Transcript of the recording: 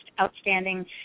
outstanding